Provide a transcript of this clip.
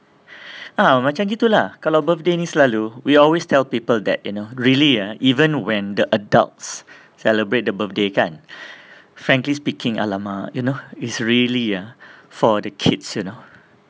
uh macam gitu lah kalau birthday ni selalu we always tell people that you know ah really ah even when the adults celebrate the birthday kan frankly speaking !alamak! you know is really ah for the kids you know